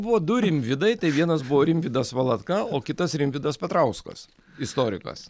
buvo du rimvydai tai vienas buvo rimvydas valatka o kitas rimvydas petrauskas istorikas